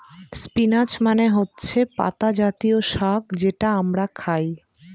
spinach মানে হচ্ছে পাতা জাতীয় শাক যেটা আমরা খায়